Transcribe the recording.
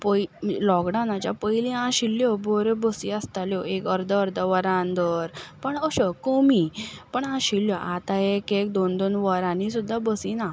पय लॉकडावनाच्या पयलीं आशिल्ल्यो बऱ्यो बसी आसताल्यो एक अर्द अर्द वरान धर पण अश्यो कमी पण आशिल्ल्यो आतां एक एक दोन दोन वरांनी सुद्दां बसी ना